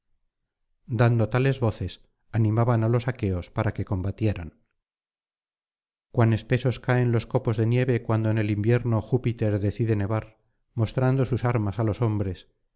dando tales voces animaban á los aqueos para que combatieran cuan espesos caen los copos de nieve cuando en el invierno júpiter decide nevar mostrando sus armas á los hombres